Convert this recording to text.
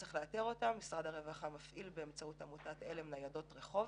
משרד הרווחה מפעיל באמצעות עמותת על"ם ניידות רחוב.